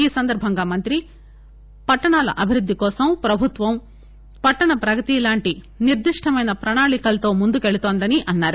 ఈ సందర్బంగా మంత్రి పట్టణాల అభివృద్ది కోసం ప్రభుత్వం పట్టణ ప్రగతి లాంటి నిర్దిష్టమైన ప్రణాళికలతో ముందుకు పెళుతోందని అన్నారు